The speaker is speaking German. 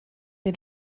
den